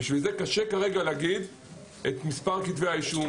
קשה להגיד כרגע את מספר כתבי האישום